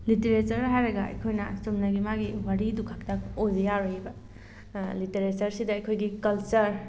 literature ꯍꯥꯏꯔꯒ ꯑꯩꯈꯣꯏꯅ ꯆꯨꯝꯅꯒꯤ ꯃꯥꯒꯤ ꯋꯥꯔꯤꯗꯨꯈꯛꯇ ꯑꯣꯏꯕ ꯌꯥꯔꯣꯏꯕ ꯂꯤꯇꯔꯦꯆꯔꯁꯤꯗ ꯑꯩꯈꯣꯏꯒꯤ ꯀꯜꯆꯔ